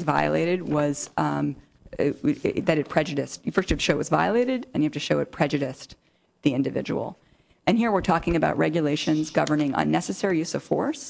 was violated was that it prejudiced efforts of show was violated and have to show it prejudiced the individual and here we're talking about regulations governing unnecessary use of force